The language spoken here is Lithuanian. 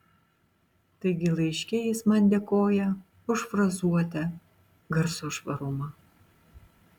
taigi laiške jis man dėkoja už frazuotę garso švarumą